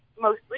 mostly